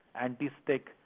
anti-stick